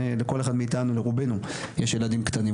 כל אחד מאתנו, לרובנו יש ילדים קטנים.